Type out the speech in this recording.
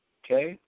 okay